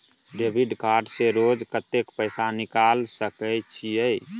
Debit card से रोज कत्ते पैसा निकाल सके छिये?